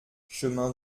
chemin